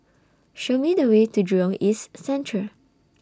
Show Me The Way to Jurong East Central